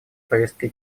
повестке